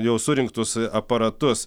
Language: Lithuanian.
jau surinktus aparatus